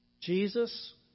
Jesus